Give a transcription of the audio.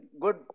good